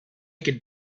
could